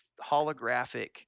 holographic